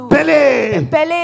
Pele